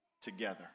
together